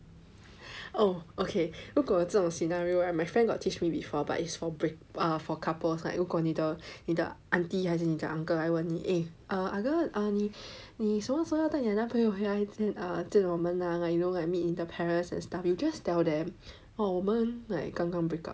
oh ok 如果这种 scenario right my friend got teach me before but it's for break for couples like 如果你的 auntie 还是你的 uncle 来问 ah girl err 你什么时候带你的男朋友回来这边来见我们 like you know like meet the parents and stuff you just tell them oh 我们 like 刚刚 break up